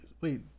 Wait